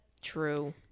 True